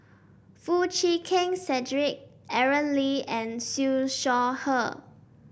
Foo Chee Keng Cedric Aaron Lee and Siew Shaw Her